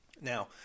now